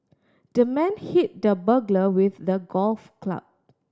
the man hit the burglar with the golf club